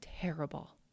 terrible